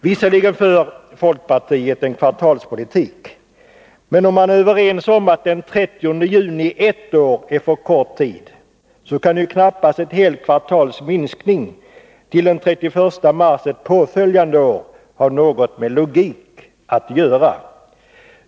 Visserligen för folkpartiet en kvartalspolitik, men om man är överens om att det till den 30 juni ett år är för kort tid, kan knappast ett helt kvartals minskning till den 31 mars ett påföljande år ha något med logik att göra.